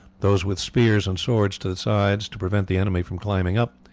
those with spears and swords to the sides to prevent the enemy from climbing up,